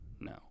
no